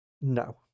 No